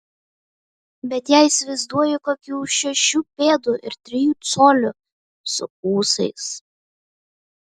bet ją įsivaizduoju kokių šešių pėdų ir trijų colių su ūsais